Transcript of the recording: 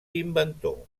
inventor